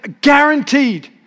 guaranteed